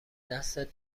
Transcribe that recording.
دستت